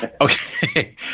Okay